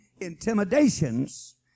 intimidations